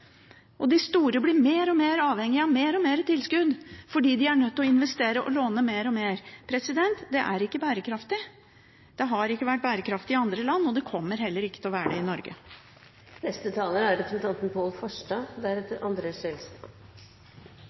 er nødt til å investere og låne mer og mer. Det er ikke bærekraftig. Det har ikke vært bærekraftig i andre land, og det kommer heller ikke til å være det i Norge. Mange har sagt at vi er i en spesiell situasjon. Ja, vi er det. Mange skyter på Venstre. Det tåler vi. At andre